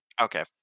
okay